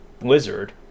Blizzard